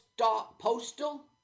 postal